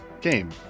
game